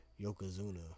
Yokozuna